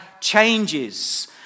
changes